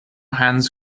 hands